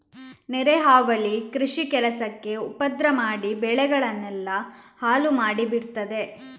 ನೆರೆ ಹಾವಳಿ ಕೃಷಿ ಕೆಲಸಕ್ಕೆ ಉಪದ್ರ ಮಾಡಿ ಬೆಳೆಗಳನ್ನೆಲ್ಲ ಹಾಳು ಮಾಡಿ ಬಿಡ್ತದೆ